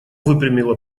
выпрямила